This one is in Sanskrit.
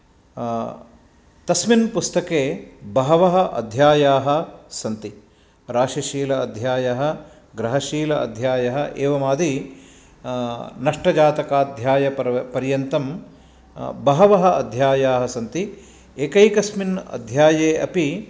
तस्मिन् पुस्तके बहवः अध्यायाः सन्ति राशिशील अध्यायः गृहशील अध्यायः एवमादि नष्टजातकाध्यायपर् पर्यन्तं बहवः अध्यायाः सन्ति एकैकस्मिन् अध्याये अपि